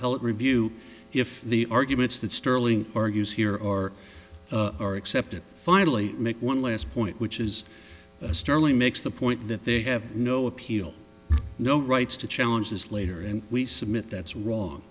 e review if the arguments that sterling argues here or are accepted finally make one last point which is sterling makes the point that they have no appeal no rights to challenge this later and we submit that's wrong